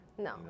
No